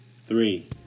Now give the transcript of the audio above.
three